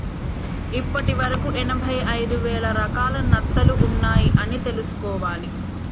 ఇప్పటి వరకు ఎనభై ఐదు వేల రకాల నత్తలు ఉన్నాయ్ అని తెలుసుకోవాలి